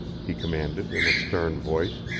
he commanded in a stern voice.